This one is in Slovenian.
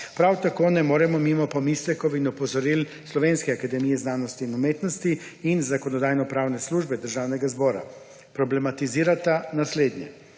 Prav tako ne moremo mimo pomislekov in opozoril Slovenske akademije znanosti in umetnosti in Zakonodajno-pravne službe Državnega zbora. Problematizirata naslednje: